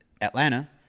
Atlanta